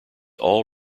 all